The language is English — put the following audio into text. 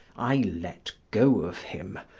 i let go of him,